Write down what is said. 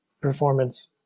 performance